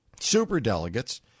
superdelegates